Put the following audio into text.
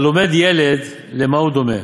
הלמד תורה ילד, למה הוא דומה?